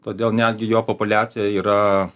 todėl netgi jo populiacija yra